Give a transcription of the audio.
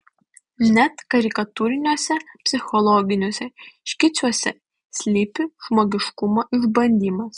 net karikatūriniuose psichologiniuose škicuose slypi žmogiškumo išbandymas